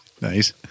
Nice